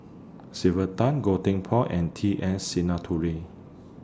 Sylvia Tan Goh Tim Phuan and T S Sinnathuray